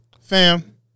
Fam